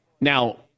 Now